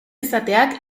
izateak